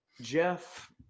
Jeff